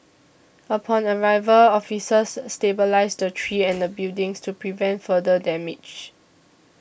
upon arrival officers stabilised the tree and buildings to prevent further damage